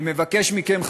אני מבקש מכם,